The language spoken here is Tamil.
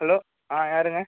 ஹலோ ஆ யாருங்க